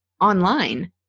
online